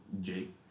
Jake